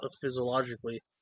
physiologically